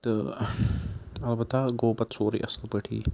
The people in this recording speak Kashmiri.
تہٕ اَلبتہ گوٚو پَتہٕ سورُے اَصٕل پٲٹھی